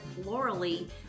florally